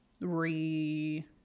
re